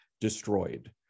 destroyed